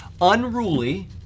unruly